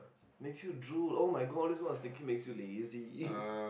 makes you drool [oh]-my-god all this while I was thinking makes you lazy